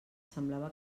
semblava